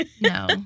No